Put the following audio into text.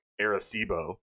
Arecibo